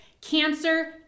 cancer